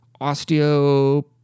osteo